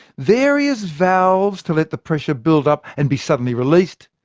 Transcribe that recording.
various valves to let the pressure build up and be suddenly released,